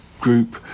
group